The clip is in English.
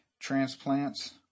transplants